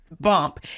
bump